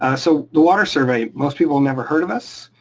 ah so, the water survey, most people never heard of us.